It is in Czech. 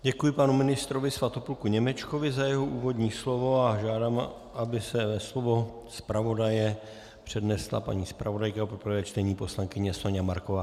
Děkuji panu ministrovi Svatopluku Němečkovi za jeho úvodní slovo a žádám, aby své slovo zpravodaje přednesla paní zpravodajka pro prvé čtení poslankyně Soňa Marková.